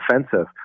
offensive